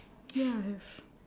ya I have